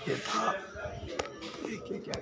कि हाँ के क्या